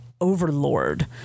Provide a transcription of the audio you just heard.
Overlord